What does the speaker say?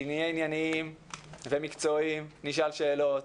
נהיה ענייניים ומקצועיים, נשאל שאלות,